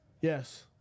Yes